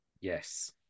yes